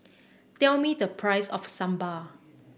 tell me the price of sambal